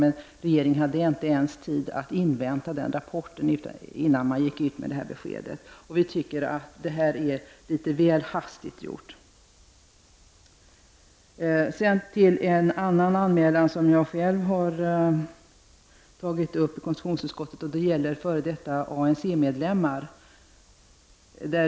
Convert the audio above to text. Men regeringen hade inte ens tid att invänta den rapporten innan den gick ut med beskedet. Vi anser detta gick litet väl hastigt till. Sedan till en anmälan som jag själv har gjort till konstitutionsutskottet. Det gäller utvisning av f.d. ANC-medlemmar.